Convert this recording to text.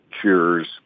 cure's